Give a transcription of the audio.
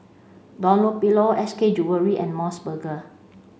Dunlopillo S K Jewellery and MOS Burger